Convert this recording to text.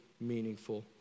meaningful